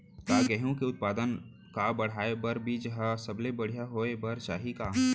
का गेहूँ के उत्पादन का बढ़ाये बर बीज ह सबले बढ़िया होय बर चाही का?